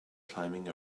climbing